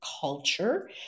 culture